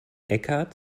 eckhart